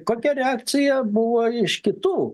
kokia reakcija buvo iš kitų